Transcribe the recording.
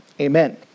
amen